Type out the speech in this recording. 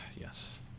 Yes